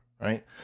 Right